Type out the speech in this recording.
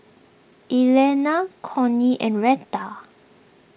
Elaina Connie and Reta